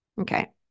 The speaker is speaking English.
Okay